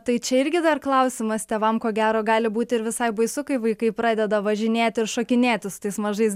tai čia irgi dar klausimas tėvam ko gero gali būti ir visai baisu kai vaikai pradeda važinėt ir šokinėti su tais mažais